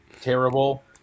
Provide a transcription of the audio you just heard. terrible